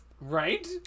Right